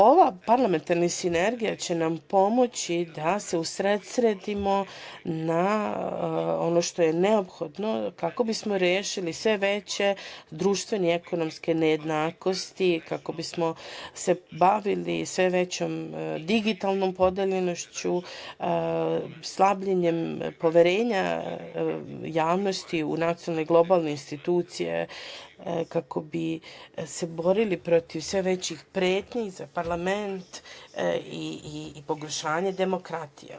Ova parlamentarna sinergija će nam pomoći da se usredsredimo na ono što je neophodno kako bismo rešili sve veće društvene i ekonomske nejednakosti, kako bismo se bavili sve većom digitalnom podeljenošću, slabljenjem poverenja javnosti u nacionalne i globalne institucije, kako bi se borili protiv sve većih pretnji za parlament i pogoršanja demokratije.